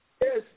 Yes